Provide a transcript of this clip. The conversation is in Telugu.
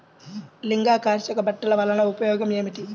లింగాకర్షక బుట్టలు వలన ఉపయోగం ఏమిటి?